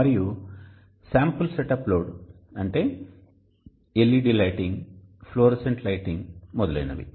మరియు sample setup load అంటే LED lighting fluorescent lighting మొదలైనవి